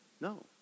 No